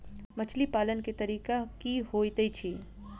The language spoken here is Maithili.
मछली पालन केँ तरीका की होइत अछि?